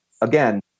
again